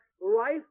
life